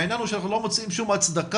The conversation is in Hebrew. העניין הוא שאנחנו לא מוצאים שום הצדקה